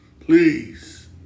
Please